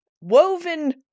woven